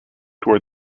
toward